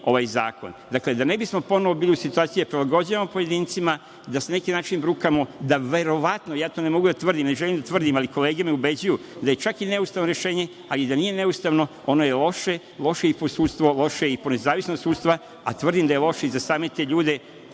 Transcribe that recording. ovaj zakon. Da ne bismo ponovo bili u situaciji da prilagođavamo pojedincima, da se na neki način brukamo, da verovatno, ne mogu to da tvrdim, ne želim da tvrdim, ali kolege me ubeđuju, da je čak i neustavno rešenje, a i da nije neustavno, ono je loše. Loše je po sudstvo, loše i po nezavisnost sudstva, a tvrdim da je loše i za same te ljude,